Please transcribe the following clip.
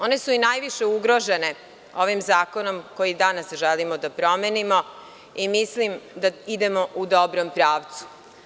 One su i najviše ugrožene ovim zakonom koji danas želimo da promenimo i mislim da idemo u dobrom pravcu.